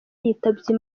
yitabye